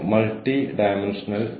തുടർന്ന് ഒടുവിൽ ജീവനക്കാരുടെ നില